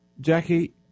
Jackie